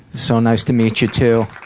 so nice to meet you, too.